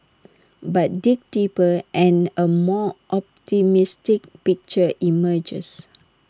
but dig deeper and A more optimistic picture emerges